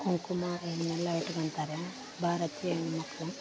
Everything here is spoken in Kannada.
ಕುಂಕುಮ ಇದ್ನೆಲ್ಲಾ ಇಟ್ಕೋತಾರೆ ಭಾರತೀಯ ಹೆಣ್ಮಕ್ಳು